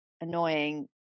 annoying